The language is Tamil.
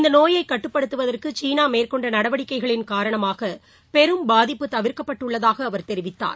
இந்த நோயைக் கட்டுப்படுத்துவதற்கு சீனா மேற்கொண்ட நடவடிக்கைகளின் காரணமாக பெரும் பாதிப்பு தவிர்க்கப்பட்டுள்ளதாக அவர் தெரிவித்தார்